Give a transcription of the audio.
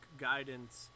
guidance